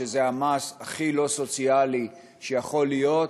שהוא המס הכי לא סוציאלי שיכול להיות,